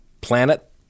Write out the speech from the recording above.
Planet